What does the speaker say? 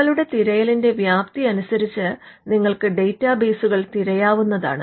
നിങ്ങളുടെ തിരയലിന്റെ വ്യാപ്തി അനുസരിച്ച് നിങ്ങൾക്ക് ഡാറ്റാബേസുകൾ തിരയാവുന്നതാണ്